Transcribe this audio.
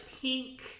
pink